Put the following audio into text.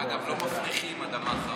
אגב, לא מפריחים אדמה חרוכה.